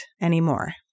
anymore